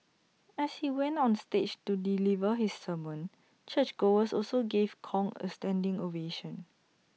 as he went on stage to deliver his sermon churchgoers also gave Kong A standing ovation